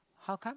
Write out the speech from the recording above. how come